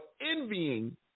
envying